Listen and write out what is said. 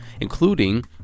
including